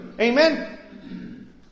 Amen